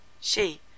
She